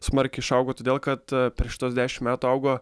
smarkiai išaugo todėl kad prieš tuos dešim metų augo